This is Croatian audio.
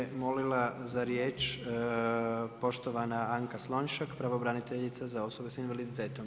Sada je molila za riječ poštovana Anka Slonjšak, pravobraniteljica za osobe s invaliditetom.